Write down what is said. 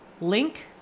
link